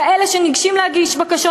כאלה שניגשים להגיש בקשות.